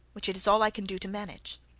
which it is all i can do to manage.